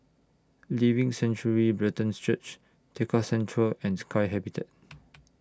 Living Sanctuary Brethren Church Tekka Centre and Sky Habitat